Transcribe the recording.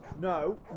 No